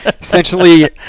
essentially